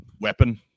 weapon